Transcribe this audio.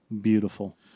beautiful